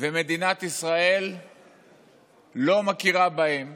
ומדינת ישראל לא מכירה בהם